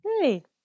Hey